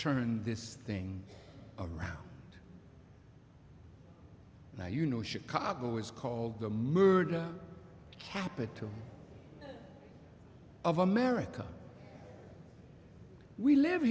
turn this thing around now you know chicago is called the murder capital of america we live